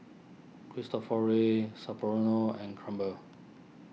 Cristofori Sapporo No and Crumpler